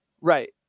right